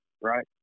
right